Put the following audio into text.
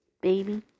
Baby